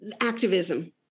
activism